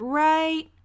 right